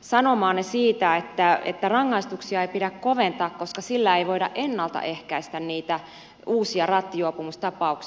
sanomaanne siitä että rangaistuksia ei pidä koventaa koska sillä ei voida ennalta ehkäistä niitä uusia rattijuopumustapauksia